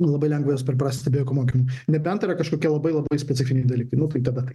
labai lengva jas perprasti be jokių mokymų nebent yra kažkokie labai labai specifiniai dalykai nu tai tada taip